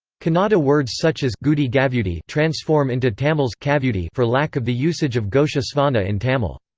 kannada words such as goudi-gavudi transform into tamil's kavudi for lack of the usage of ghosha svana in tamil.